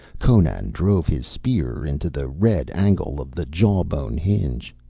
conan drove his spear into the red angle of the jaw-bone hinge.